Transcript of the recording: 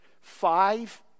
Five